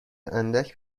اندک